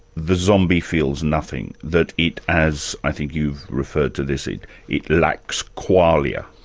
the zombie feels nothing? that it, as i think you've referred to this it it lacks qualia.